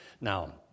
Now